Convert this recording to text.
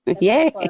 Yay